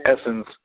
essence